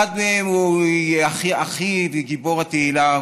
אחד מהם הוא אחי וגיבור התהילה,